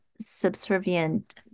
subservient